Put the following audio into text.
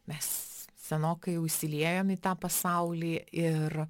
mes senokai jau įsiliejom į tą pasaulį ir